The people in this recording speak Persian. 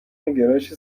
گرایش